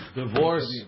divorce